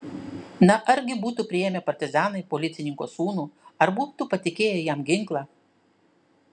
na argi būtų priėmę partizanai policininko sūnų ar būtų patikėję jam ginklą